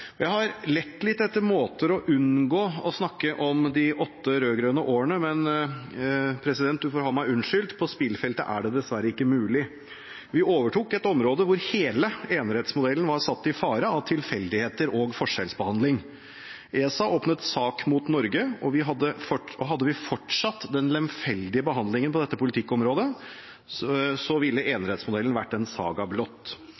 Jeg har lett litt etter måter å unngå å snakke om de åtte rød-grønne årene, men presidenten får ha meg unnskyldt: På spillfeltet er det dessverre ikke mulig. Vi overtok et område hvor hele enerettsmodellen var satt i fare av tilfeldigheter og forskjellsbehandling. ESA åpnet sak mot Norge, og hadde vi fortsatt den lemfeldige behandlingen på dette politikkområdet, ville enerettsmodellen vært en saga blott.